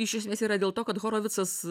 iš esmės yra dėl to kad horovitsas